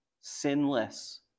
sinless